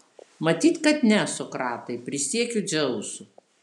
matyt kad ne sokratai prisiekiu dzeusu